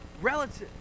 relative